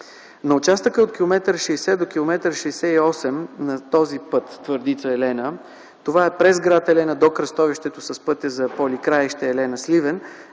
На участъка от километър 60 до километър 68 на този път Твърдица – Елена, това е през гр. Елена до кръстовището с пътя за Поликраище – Елена – Сливен,